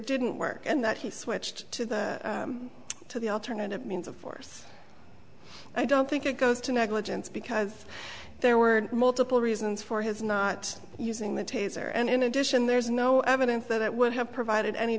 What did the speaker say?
didn't work and that he switched to the alternative means of force i don't think it goes to negligence because there were multiple reasons for his not using the taser and in addition there's no evidence that would have provided any